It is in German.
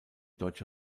deutsche